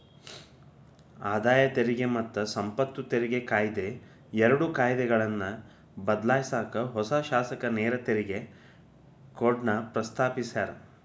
ಆದಾಯ ತೆರಿಗೆ ಮತ್ತ ಸಂಪತ್ತು ತೆರಿಗೆ ಕಾಯಿದೆ ಎರಡು ಕಾಯ್ದೆಗಳನ್ನ ಬದ್ಲಾಯ್ಸಕ ಹೊಸ ಶಾಸನ ನೇರ ತೆರಿಗೆ ಕೋಡ್ನ ಪ್ರಸ್ತಾಪಿಸ್ಯಾರ